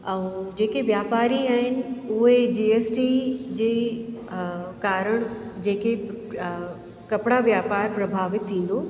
ऐं जेके व्यापारी आहिनि उहे जी एस टी जी कारण जेके कपिड़ा व्यापार प्रभावित थींदो